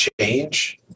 change